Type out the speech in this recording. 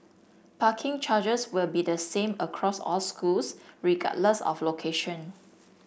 parking charges will be the same across all schools regardless of location